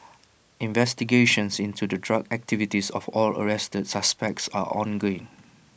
investigations into the drug activities of all arrested suspects are ongoing